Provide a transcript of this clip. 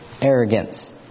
arrogance